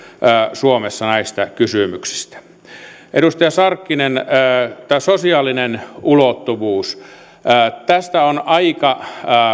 suomessa näistä kysymyksistä edustaja sarkkinen tämä sosiaalinen ulottuvuus tästä on aika